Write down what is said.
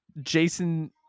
jason